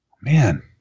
man